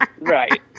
Right